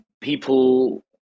people